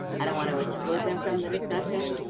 i don't want to exclude them from the discussion,